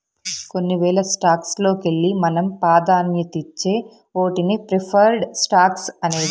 కొన్ని వేల స్టాక్స్ లోకెల్లి మనం పాదాన్యతిచ్చే ఓటినే ప్రిఫర్డ్ స్టాక్స్ అనేది